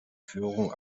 führung